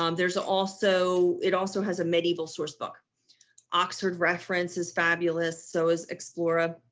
um there's also, it also has a medieval source book oxford references. fabulous. so is explorer.